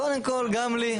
קודם כל גם לי,